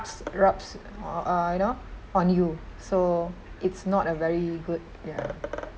rubs rubs uh you know on you so it's not a very good ya